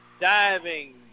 Diving